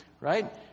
right